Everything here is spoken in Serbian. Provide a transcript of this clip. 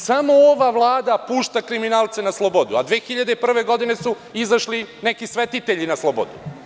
Samo ova vlada pušta kriminalce na slobodu, a 2001. godine su izašli neki svetitelji na slobodu.